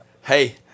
hey